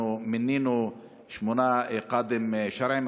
אנחנו מינינו שמונה קאדים שרעיים.